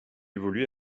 évoluait